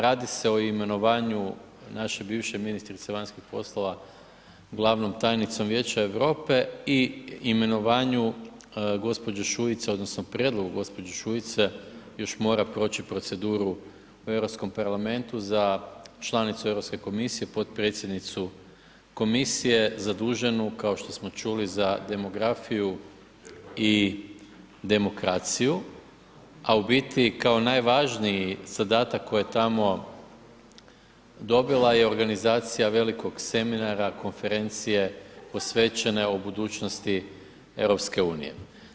Radi se o imenovanju naše bivše ministrice vanjskih poslova glavnom tajnicom Vijeća Europe i imenovanju g. Šuice, odnosno prijedlogu g. Šuice još mora proći proceduru u EU parlamentu za članicu EU komisije, potpredsjednicu komisije, zaduženu, kao što smo čuli za demografiju i demokraciju, a u biti, kao najvažniji zadatak koji je tamo dobila je organizacija velikog seminara, konferencije posvećene o budućnosti EU-a.